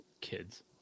Kids